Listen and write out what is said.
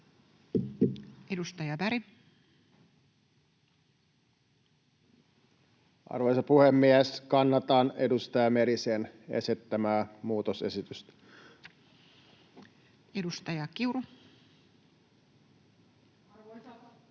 Edustaja Berg. Arvoisa puhemies! Kannatan edustaja Merisen esittämää muutosesitystä. Edustaja Kiuru. Arvoisa puhemies!